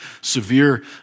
severe